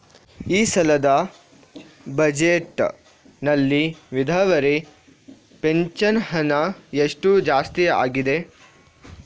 ಈ ಸಲದ ಬಜೆಟ್ ನಲ್ಲಿ ವಿಧವೆರ ಪೆನ್ಷನ್ ಹಣ ಎಷ್ಟು ಜಾಸ್ತಿ ಆಗಿದೆ?